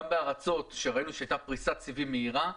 גם בארצות שהייתה בהן פריסת סיבים מהירה,